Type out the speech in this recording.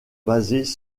basées